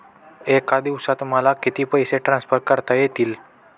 एका दिवसात मला किती पैसे ट्रान्सफर करता येतील?